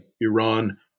Iran